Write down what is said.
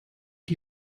die